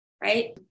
right